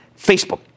Facebook